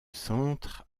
centre